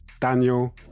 Daniel